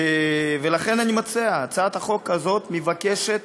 לכן, אני מציע, הצעת החוק הזאת מבקשת